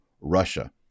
Russia